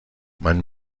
man